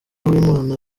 uwimana